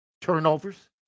turnovers